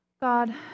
God